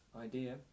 idea